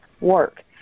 work